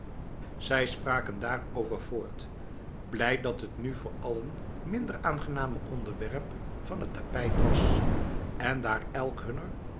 ze spraken daarover voort blij dat het nu voor allen minder aangename onderwerp van het tapijt was en daar elk